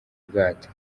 bwato